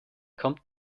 kommt